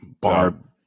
barb